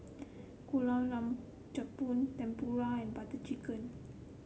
Gulab Jamun Tempura and Butter Chicken